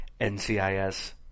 NCIS